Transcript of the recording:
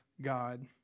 God